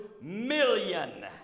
million